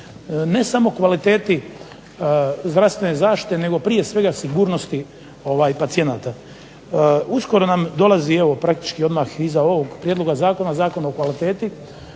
ne samo kvaliteti zdravstvene zaštite nego prije svega sigurnosti pacijenata. Uskoro nam dolazi praktički evo iza ovog prijedlog zakona, Zakon o kvaliteti